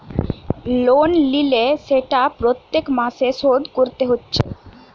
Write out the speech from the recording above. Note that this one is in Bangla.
লোন লিলে সেটা প্রত্যেক মাসে শোধ কোরতে হচ্ছে